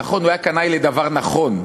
נכון, הוא היה קנאי לדבר נכון,